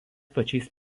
pačiais